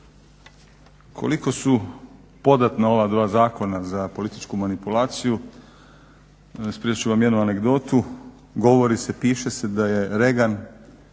Koliko su podatna ova dva zakona za političku manipulaciju ispričati ću vam jednu anegdotu. Govori se, piše se da je Regan